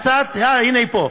אה, הנה היא פה.